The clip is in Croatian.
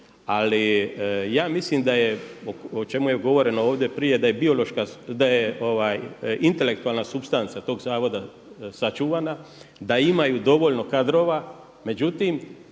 Ali ja mislim da je, o čemu je govoreno ovdje prije da je intelektualna supstanca tog zavoda sačuvana, da imaju dovoljno kadrova. Međutim,